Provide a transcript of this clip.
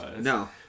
No